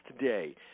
today